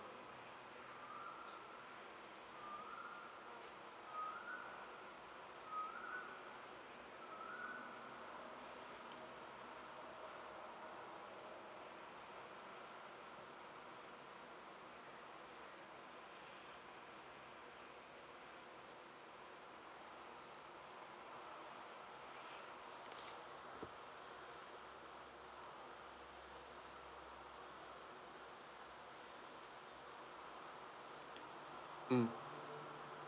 mm